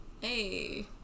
hey